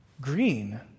green